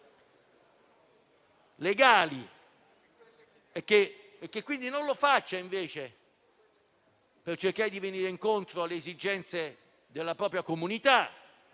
legali, e non che lo faccia invece per cercare di andare incontro alle esigenze della propria comunità